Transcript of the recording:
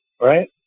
right